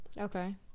okay